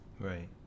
Right